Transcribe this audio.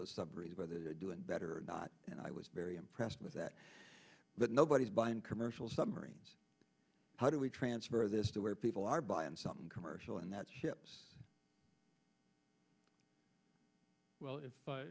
those submarines whether they're doing better and i was very impressed with that but nobody's buying commercial submarines how do we transfer this to where people are buying something commercial and that ships well if i